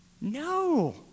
no